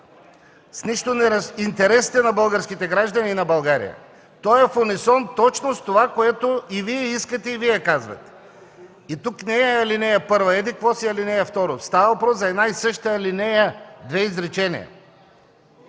С нищо не нарушава интересите на българските граждани и на България. То е в унисон точно с това, което и Вие искате и казвате. И тук не е ал. 1 еди-какво си, ал. 2 – става въпрос за една и съща алинея – две изречения.